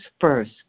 first